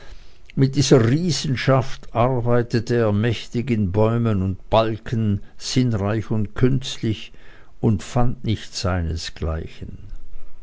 mit dieser riesenschaft arbeitete er mächtig in bäumen und balken sinnreich und künstlich und fand nicht seinesgleichen